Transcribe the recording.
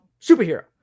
superhero